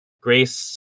Grace